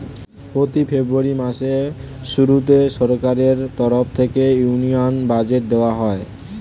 প্রতি ফেব্রুয়ারি মাসের শুরুতে সরকারের তরফ থেকে ইউনিয়ন বাজেট দেওয়া হয়